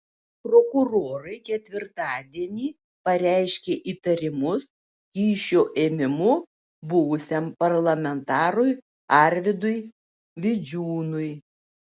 prokurorai ketvirtadienį pareiškė įtarimus kyšio ėmimu buvusiam parlamentarui arvydui vidžiūnui